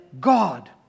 God